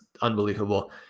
unbelievable